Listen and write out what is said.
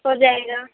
ہو جائے گا